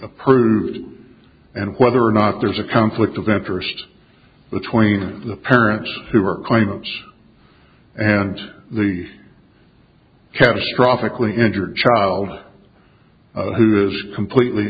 approved and whether or not there's a conflict of interest between the parents who are claimants and the catastrophic lee injured child who is completely